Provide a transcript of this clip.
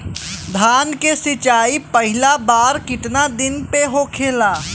धान के सिचाई पहिला बार कितना दिन पे होखेला?